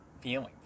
feeling